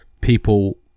People